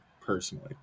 personally